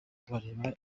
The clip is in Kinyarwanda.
barebe